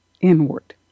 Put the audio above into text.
inward